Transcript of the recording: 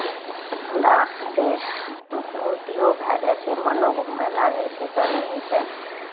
हमरा से उलटियो भए जाइ छै मनो घूमय लागै छै गरमीसँ